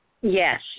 Yes